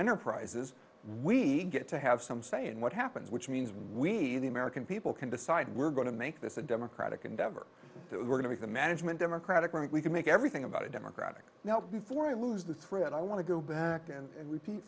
enterprises we get to have some say in what happens which means we the american people can decide we're going to make this a democratic endeavor we're going to the management democratic rank we can make everything about a democratic now before i lose the thread i want to go back and repeat